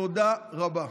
תודה רבה.